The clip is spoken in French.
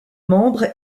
membres